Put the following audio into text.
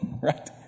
right